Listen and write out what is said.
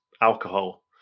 alcohol